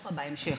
קטסטרופה בהמשך.